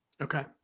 Okay